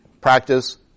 practice